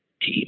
team